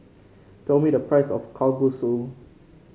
tell me the price of Kalguksu